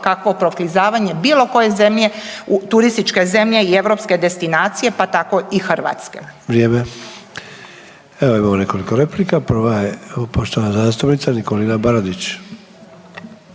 kakvo proklizavanje bilo koje zemlje, turističke zemlje i europske destinacije, pa tako i Hrvatske. **Sanader, Ante (HDZ)** Vrijeme. Evo imamo nekoliko replika, prva je poštovana zastupnica Nikolina Baradić.